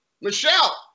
Michelle